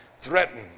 threaten